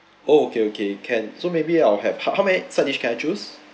oh okay okay can so maybe I'll have how how many side dish can I choose